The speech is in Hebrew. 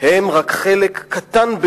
רק בחוץ.